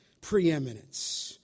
preeminence